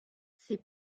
ses